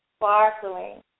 Sparkling